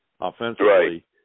offensively